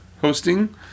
...hosting